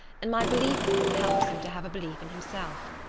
and my belief in him helps him to have a belief in himself.